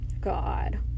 God